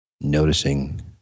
noticing